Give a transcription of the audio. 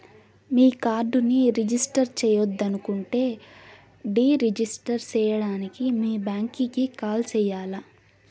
మీ కార్డుని రిజిస్టర్ చెయ్యొద్దనుకుంటే deregister సేయడానికి మీ బ్యాంకీకి కాల్ సెయ్యాల్ల